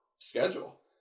Schedule